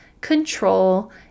control